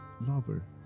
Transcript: lover